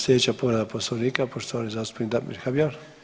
Sljedeća povreda Poslovnika poštovani zastupnik Damir Habijan.